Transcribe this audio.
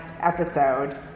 episode